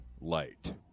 light